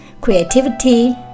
creativity